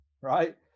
right